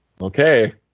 okay